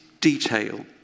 detail